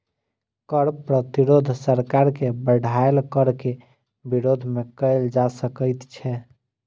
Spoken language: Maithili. कर प्रतिरोध सरकार के बढ़ायल कर के विरोध मे कयल जा सकैत छै